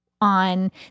on